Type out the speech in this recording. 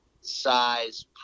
size